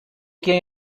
quien